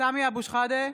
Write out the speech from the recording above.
סמי אבו שחאדה,